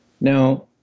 Now